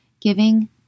giving